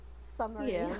summary